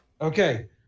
Okay